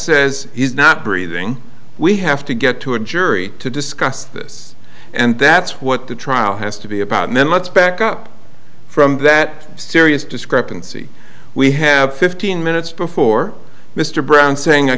s s he's not breathing we have to get to a jury to discuss this and that's what the trial has to be about and then let's back up from that serious discrepancy we have fifteen minutes before mr brown saying i